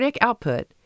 output